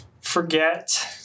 forget